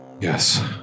Yes